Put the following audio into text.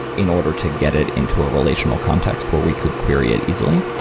in order to get it into a relational context where we could query it easily.